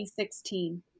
2016